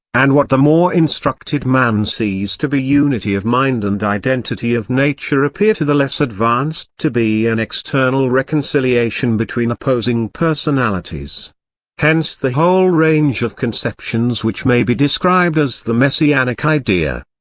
and what the more instructed man sees to be unity of mind and identity of nature appear to the less advanced to be an external reconciliation between opposing personalities hence the whole range of conceptions which may be described as the messianic idea.